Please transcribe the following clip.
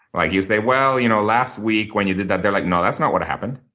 like you say, well, you know, last week when you did that, they're like, no, that's not what happened.